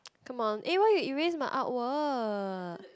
come on eh why you erase my artwork